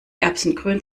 erbsengrün